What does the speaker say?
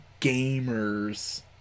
gamers